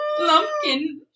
Lumpkin